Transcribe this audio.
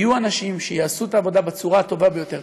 יהיו אנשים שיעשו את העבודה בצורה הטובה ביותר.